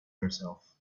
yourself